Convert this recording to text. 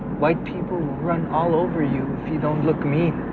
white people will run all over you don't look mean.